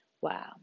Wow